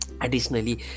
Additionally